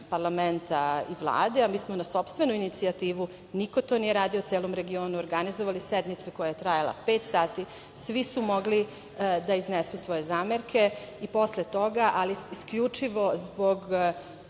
parlamenta i Vlade. Mi smo na sopstvenu inicijativu, niko to nije radio u celom regionu, organizovali sednicu koja je trajala pet sati, svi su mogli da iznesu svoje zamerke i posle toga, ali isključivo zbog